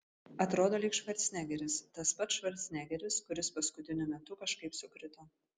atrodo lyg švarcnegeris tas pats švarcnegeris kuris paskutiniu metu kažkaip sukrito